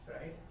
right